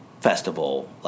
festival